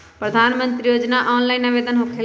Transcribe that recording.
प्रधानमंत्री योजना ऑनलाइन आवेदन होकेला?